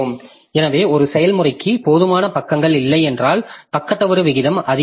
எனவே ஒரு செயல்முறைக்கு போதுமான பக்கங்கள் இல்லை என்றால் பக்க தவறு விகிதம் மிக அதிகமாகிறது